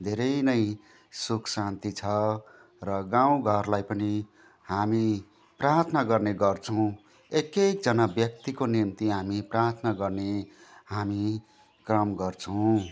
धेरै नै सुख शान्ति छ र गाउँघरलाई पनि हामी प्रार्थना गर्ने गर्छौँ एक एकजना व्यक्तिको निम्ति हामी प्रार्थना गर्ने हामी काम गर्छौँ